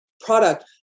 product